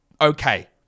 okay